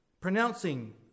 Pronouncing